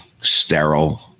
Sterile